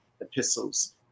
epistles